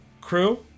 crew